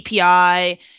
API